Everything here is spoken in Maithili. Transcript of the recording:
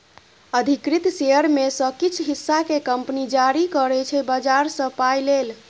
अधिकृत शेयर मे सँ किछ हिस्सा केँ कंपनी जारी करै छै बजार सँ पाइ लेल